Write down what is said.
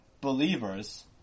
believers